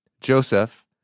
Joseph